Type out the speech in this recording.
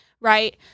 right